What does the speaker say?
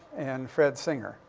and fred singer.